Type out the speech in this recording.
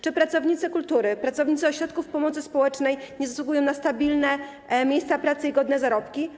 Czy pracownicy kultury, pracownicy ośrodków pomocy społecznej nie zasługują na stabilne miejsca pracy i godne zarobki?